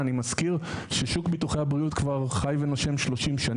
אני מזכיר ששוק ביטוחי הבריאות חי ונושם כבר 30 שנים.